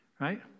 Right